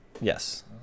Yes